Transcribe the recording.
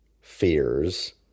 fears